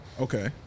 Okay